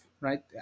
right